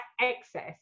excess